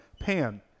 Pan